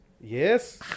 Yes